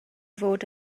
fod